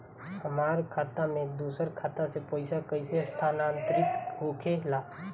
हमार खाता में दूसर खाता से पइसा कइसे स्थानांतरित होखे ला?